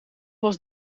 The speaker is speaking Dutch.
was